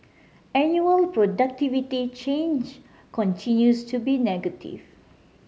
annual productivity change continues to be negative